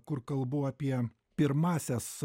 kur kalbu apie pirmąsias